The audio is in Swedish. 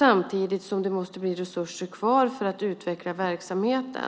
andra sidan ha resurser kvar för att utveckla verksamheten.